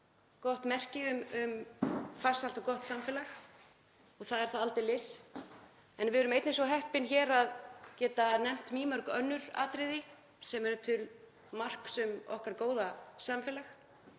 gott merki um farsælt og gott samfélag og það er það aldeilis, en við erum einnig svo heppin hér að geta nefnt mýmörg önnur atriði sem eru til marks um okkar góða samfélag.